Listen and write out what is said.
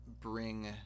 bring